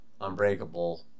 unbreakable